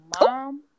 mom